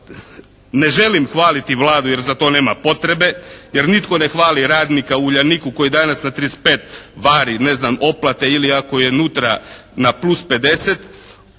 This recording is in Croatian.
Ne želim hvaliti Vladu jer za to nema potrebe, jer nitko ne hvali radnika u Uljaniku koji danas na 35 vari ne znam oplate ili ako je unutra na plus 50,